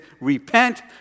repent